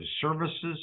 services